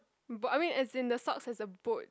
boat I mean as in the socks has a boat